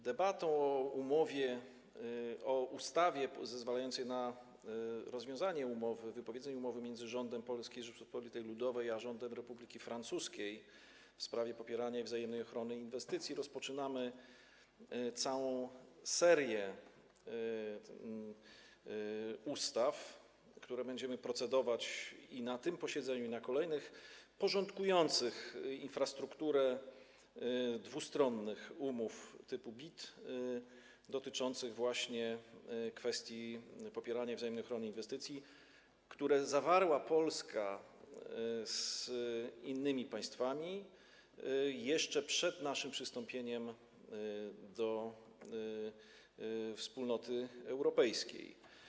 Debatą o ustawie zezwalającej na rozwiązanie umowy, wypowiedzenie umowy między rządem Polskiej Rzeczypospolitej Ludowej a rządem Republiki Francuskiej w sprawie popierania i wzajemnej ochrony inwestycji rozpoczynamy całą serię ustaw, nad którymi będziemy procedować i na tym posiedzeniu, i na kolejnych, porządkujących infrastrukturę dwustronnych umów typu BIT, dotyczących właśnie kwestii popierania i wzajemnej ochrony inwestycji, które Polska zawarła z innymi państwami jeszcze przed naszym przystąpieniem do Wspólnoty Europejskiej.